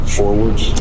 forwards